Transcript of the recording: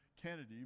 Kennedy